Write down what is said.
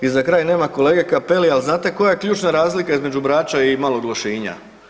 I za kraj, nema kolege Cappellia, ali znate li koja je ključna razlika između Brača i Malog Lošinja?